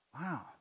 Wow